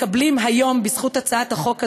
מקבלים היום בזכות הצעת החוק הזאת,